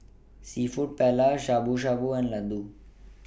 Seafood Paella Shabu Shabu and Ladoo